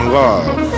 love